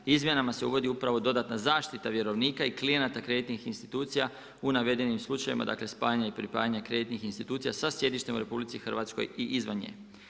Izmjenama se uvodi upravo dodatna zaštita vjerovnika i klijenata kreditnim institucija u navedenim slučajevima, dakle, spajanje i pripajanja kreditnih institucija sa sjedištem u RH i izvan nje.